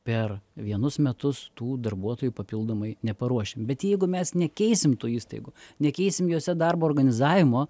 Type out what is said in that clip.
per vienus metus tų darbuotojų papildomai neparuošim bet jeigu mes nekeisim tų įstaigų nekeisim jose darbo organizavimo